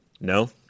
No